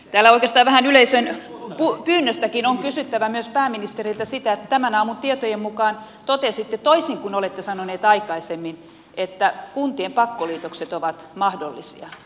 täällä oikeastaan vähän yleisön pyynnöstäkin on kysyttävä pääministeriltä kun tämän aamun tietojen mukaan totesitte toisin kuin olette sanonut aikaisemmin että kuntien pakkoliitokset ovat mahdollisia